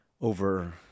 over